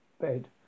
bed